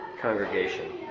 congregation